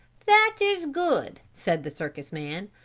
that is good, said the circus-man,